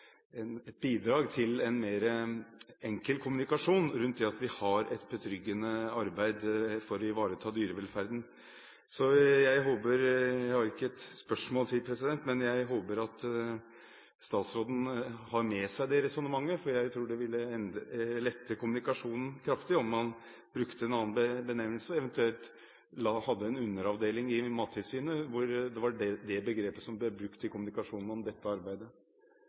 et bidrag til en enklere kommunikasjon rundt det at vi har et betryggende arbeid for å ivareta dyrevelferden. Jeg håper – jeg har ikke flere spørsmål – at statsråden har med seg dette resonnementet. Jeg tror det ville lette kommunikasjonen kraftig om man brukte en annen benevnelse, eventuelt hadde en underavdeling i Mattilsynet hvor det var det begrepet som ble brukt i kommunikasjonen om dette arbeidet.